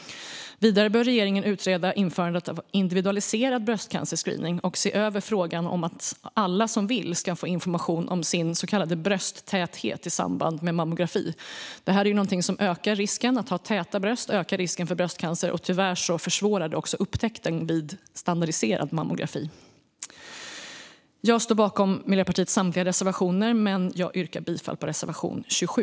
Vidare bör regeringen utreda införandet av individualiserad bröstcancerscreening och se över frågan om att alla som vill ska få information om sin så kallade brösttäthet i samband med mammografi. Att ha täta bröst ökar risken för bröstcancer. Tyvärr försvårar det också upptäckten vid standardiserad mammografi. Jag står bakom Miljöpartiets samtliga reservationer, men jag yrkar bifall endast till reservation 27.